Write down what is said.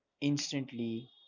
Instantly